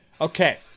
Okay